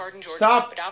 Stop